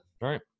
Right